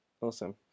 Awesome